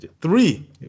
three